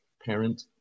parent